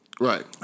Right